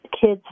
kids